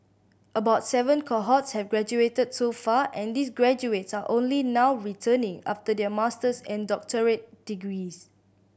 about seven cohorts have graduated so far and these graduates are only now returning after their master's and doctorate degrees